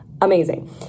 amazing